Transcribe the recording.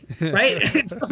right